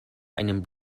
einem